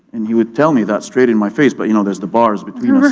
and he would tell me that straight in my face, but you know there's the bars between us,